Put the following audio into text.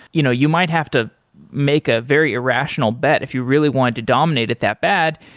you know you might have to make a very irrational bet if you really wanted to dominate it that bad.